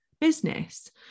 business